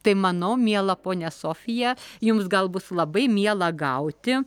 tai mano miela ponia sofija jums gal bus labai miela gauti